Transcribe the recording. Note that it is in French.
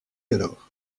alors